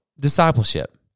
discipleship